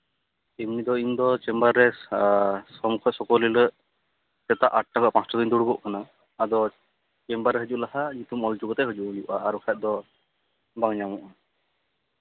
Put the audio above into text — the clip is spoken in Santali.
ᱤᱧᱫᱚ ᱤᱧᱫᱚ ᱪᱮᱢᱵᱟᱨ ᱨᱮ ᱥᱚᱢ ᱠᱷᱚᱱ ᱥᱩᱠᱚᱞ ᱦᱤᱞᱳᱜ ᱥᱮᱛᱟᱜ ᱟᱴ ᱠᱷᱚᱱ ᱯᱟᱸᱪᱴᱟ ᱨᱤᱧ ᱫᱩᱲᱩᱵᱚᱜ ᱠᱟᱱᱟ ᱟᱫᱚ ᱪᱮᱢᱵᱟᱨ ᱨᱮ ᱦᱤᱡᱩᱜ ᱞᱟᱦᱟ ᱧᱩᱛᱩᱢ ᱚᱞ ᱦᱚᱪᱚ ᱠᱟᱛᱮᱫ ᱦᱤᱡᱩᱜ ᱦᱩᱭᱩᱜᱼᱟ ᱟᱨ ᱵᱟᱝᱠᱷᱟᱱ ᱫᱚ ᱵᱟᱝ ᱧᱟᱢᱚᱜᱼᱟ